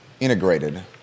Integrated